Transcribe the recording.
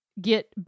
get